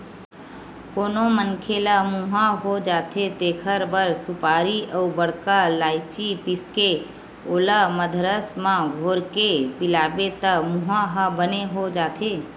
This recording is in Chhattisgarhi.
कोनो मनखे ल मुंहा हो जाथे तेखर बर सुपारी अउ बड़का लायची पीसके ओला मंदरस म घोरके पियाबे त मुंहा ह बने हो जाथे